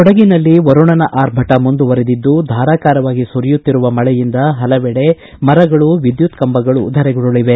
ಕೊಡಗಿನಲ್ಲಿ ವರುಣನ ಆರ್ಭಟ ಮುಂದುವರೆದಿದ್ದು ಧಾರಾಕಾರವಾಗಿ ಸುರಿಯುತ್ತಿರುವ ಮಳೆಯಿಂದ ಹಲವೆಡೆ ಮರಗಳು ವಿದ್ಯುತ್ ಕಂಬಗಳು ಧರೆಗುರುಳವೆ